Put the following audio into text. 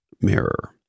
Mirror